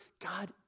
God